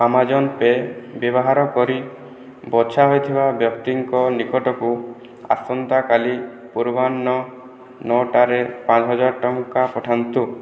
Amazon Pay ବ୍ୟବହାର କରି ବଛା ହୋଇଥିବା ବ୍ୟକ୍ତିଙ୍କ ନିକଟକୁ ଆସନ୍ତାକାଲି ପୂର୍ବାହ୍ନ ନଅଟାରେ ପାଞ୍ଚ ହଜାର ଟଙ୍କା ପଠାନ୍ତୁ